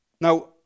now